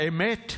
האמת,